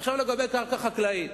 עכשיו לגבי קרקע חקלאית.